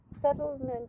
settlement